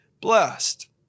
blessed